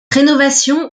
rénovation